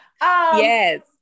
Yes